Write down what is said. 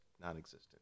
non-existent